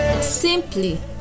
Simply